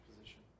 position